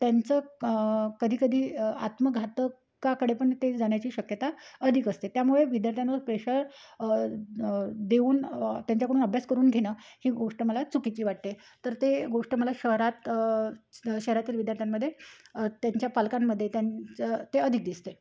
त्यांचं कधीकधी आत्मघातकाकडे पण ते जाण्याची शक्यता अधिक असते त्यामुळे विद्यार्थ्यांवर प्रेशर देऊन त्यांच्याकडून अभ्यास करून घेणं ही गोष्ट मला चुकीची वाटते तर ते गोष्ट मला शहरात शहरातील विद्यार्थ्यांमध्ये त्यांच्या पालकांमध्ये त्यांचं ते अधिक दिसते